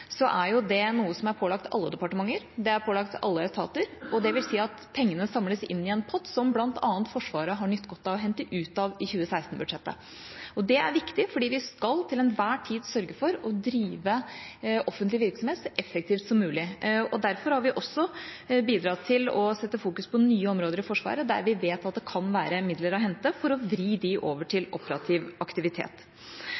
er det noe som er pålagt alle departementer. Det er pålagt alle etater. Det vil si at pengene samles inn i en pott som bl.a. Forsvaret har nytt godt av å hente ut av i 2016-budsjettet. Det er viktig, fordi vi skal til enhver tid sørge for å drive offentlig virksomhet så effektivt som mulig. Derfor har vi også bidratt til å sette fokus på nye områder i Forsvaret der vi vet at det kan være midler å hente for å vri dem over til